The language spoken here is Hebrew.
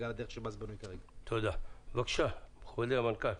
אדוני המנכ"ל.